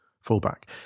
fullback